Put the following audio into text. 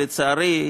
לצערי,